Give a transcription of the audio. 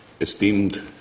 esteemed